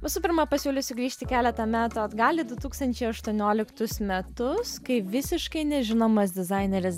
visų pirma pasiūlysiu sugrįžti keletą metų atgal į du tūkstančiai aštuonioliktus metus kai visiškai nežinomas dizaineris